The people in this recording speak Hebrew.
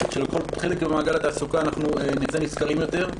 שלוקחות חלק במעגל התעסוקה אנחנו נצא נשכרים יותר.